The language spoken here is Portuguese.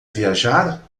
viajar